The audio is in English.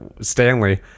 Stanley